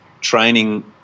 training